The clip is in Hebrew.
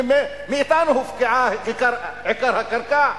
שמאתנו הופקעה עיקר הקרקע,